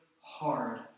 hard